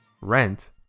Rent